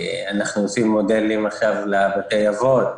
אנחנו עושים מודלים עכשיו לבתי-האבות.